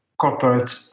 corporate